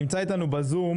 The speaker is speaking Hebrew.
נמצאנו איתנו בזום